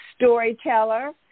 storyteller